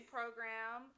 program